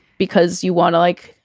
because you want to, like,